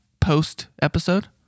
post-episode